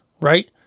right